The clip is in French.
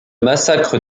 massacre